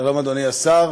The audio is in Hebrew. שלום אדוני השר,